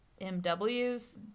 MWs